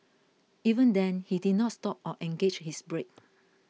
even then he did not stop or engaged his brake